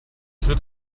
tritt